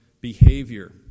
behavior